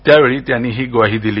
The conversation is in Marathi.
त्यावेळी त्यांनी ही ग्वाही दिली